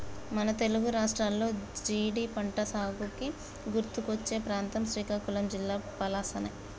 మన తెలుగు రాష్ట్రాల్లో జీడి పంటసాగుకి గుర్తుకొచ్చే ప్రాంతం శ్రీకాకుళం జిల్లా పలాసనే